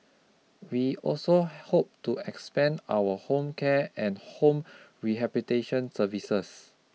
we also hope to expand our home care and home rehabitation services